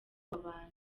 babana